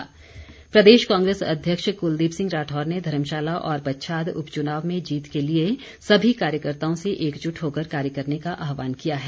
कुलदीप राठौर प्रदेश कांग्रेस अध्यक्ष कुलदीप सिंह राठौर ने धर्मशाला और पच्छाद उपचुनाव में जीत के लिए सभी कार्यकर्ताओं से एकजुट होकर कार्य करने का आहवान किया है